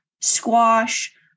squash